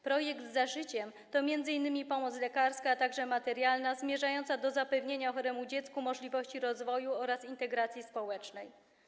Projekt „Za życiem” to m.in. pomoc lekarska, a także materialna, zmierzająca do zapewnienia choremu dziecku możliwości rozwoju oraz integracji społecznej.